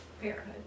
parenthood